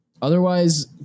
Otherwise